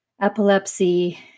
epilepsy